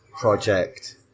project